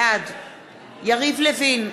בעד יריב לוין,